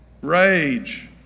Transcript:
Rage